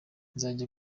nzajya